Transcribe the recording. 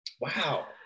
wow